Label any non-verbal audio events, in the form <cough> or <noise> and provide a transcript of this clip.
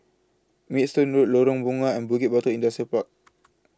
Maidstone Road Lorong Bunga and Bukit Batok Industrial Park <noise>